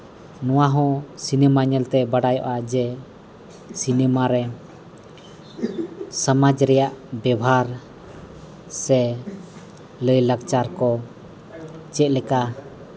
ᱱᱚᱣᱟ ᱦᱚᱸ ᱥᱤᱱᱮᱹᱢᱟ ᱧᱮᱞ ᱛᱮ ᱵᱟᱰᱟᱭᱚᱜᱼᱟ ᱡᱮ ᱥᱤᱱᱮᱹᱢᱟ ᱨᱮ ᱥᱚᱢᱟᱡᱽ ᱨᱮᱭᱟᱜ ᱵᱮᱵᱷᱟᱨ ᱥᱮ ᱞᱟᱹᱭ ᱞᱟᱠᱪᱟᱨ ᱠᱚ ᱪᱮᱫᱞᱮᱠᱟ